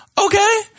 Okay